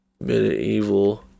medieval